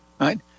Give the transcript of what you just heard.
right